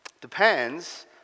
Depends